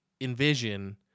envision